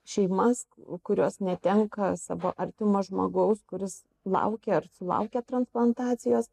šeimas kurios netenka savo artimo žmogaus kuris laukia ar sulaukia transplantacijos